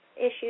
issues